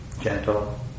gentle